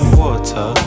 water